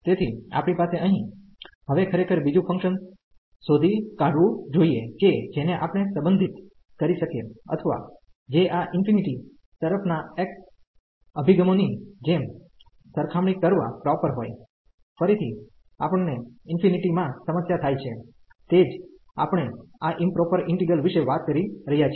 તેથી આપણી પાસે અહીં હવે ખરેખર બીજું ફંકશન શોધી કાઢવું જોઈએ કે જેને આપણે સંબંધિત કરી શકીએ અથવા જે આ ઇન્ફિનિટી તરફના x અભિગમોની જેમ સરખામણી કરવા પ્રોપર હોય ફરીથી આપણને ઇન્ફિનિટીમાં સમસ્યા થાય છે તે જ આપણે આ ઈમપ્રોપર ઈન્ટિગ્રલ વિશે વાત કરી રહ્યા છીએ